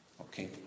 Okay